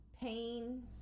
pain